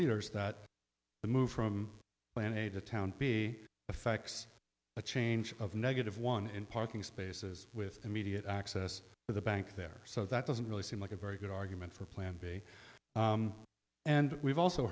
leaders that the move from plan a to town b effects a change of negative one in parking spaces with immediate access to the bank there so that doesn't really seem like a very good argument for plan b and we've also